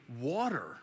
water